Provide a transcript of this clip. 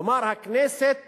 כלומר הכנסת